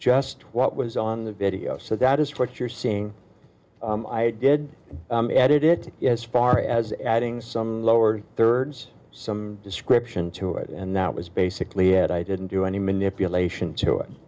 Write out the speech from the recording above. just what was on the video so that is what you're seeing i did added it as far as adding some lower thirds some description to it and that was basically had i didn't do any manipulation to it